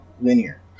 linear